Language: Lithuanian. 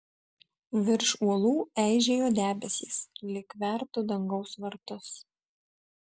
virš uolų eižėjo debesys lyg vertų dangaus vartus